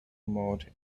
mode